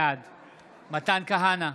בעד מתן כהנא,